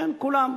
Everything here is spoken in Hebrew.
כן, כולן,